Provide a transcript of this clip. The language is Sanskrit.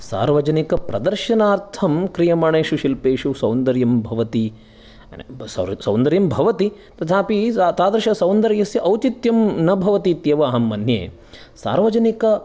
सार्वजनिकप्रदर्शनार्थं क्रियमाणेषु शिल्पेषु सौन्दर्यं भवति सौन्दर्यं भवति तथापि तादृष सौन्दर्यस्य औचित्यं न भवति इत्येव अहं मन्ये सार्वजनिक